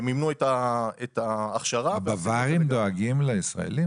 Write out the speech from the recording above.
הם מימנו את ההכשרה --- הבוואריים דואגים לישראלים?